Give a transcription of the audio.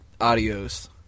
Adios